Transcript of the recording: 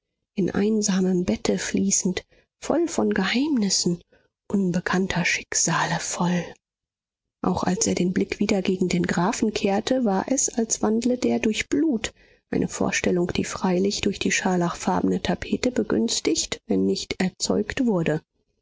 in einsamem bette fließend voll von geheimnissen unbekannter schicksale voll auch als er den blick wieder gegen den grafen kehrte war es als wandle der durch blut eine vorstellung die freilich durch die scharlachfarbene tapete begünstigt wenn nicht erzeugt wurde